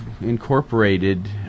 incorporated